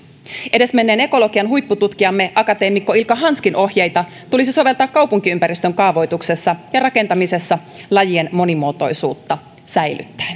edesmenneen ekologian huippututkijamme akateemikko ilkka hanskin ohjeita tulisi soveltaa kaupunkiympäristön kaavoituksessa ja rakentamisessa lajien monimuotoisuutta säilyttäen